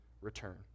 return